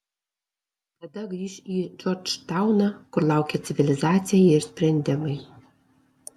tada grįš į džordžtauną kur laukė civilizacija ir sprendimai